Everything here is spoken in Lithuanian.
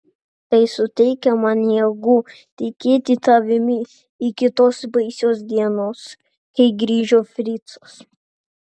tai suteikė man jėgų tikėti tavimi iki tos baisios dienos kai grįžo fricas